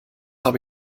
habe